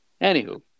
Anywho